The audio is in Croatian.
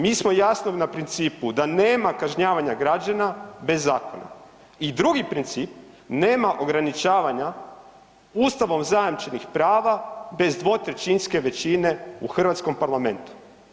Mi smo jasni na principu da nema kažnjavanja građana bez zakona i drugi princip, nema ograničavanja ustavom zajamčenih prava bez dvotrećinske većine u hrvatskom Parlamentu.